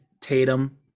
Tatum